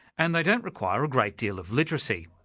and they don't require a great deal of literacy,